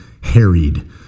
harried